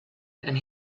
and